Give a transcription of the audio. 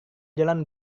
jalan